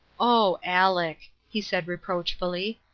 oh, aleck! he said, reproachfully.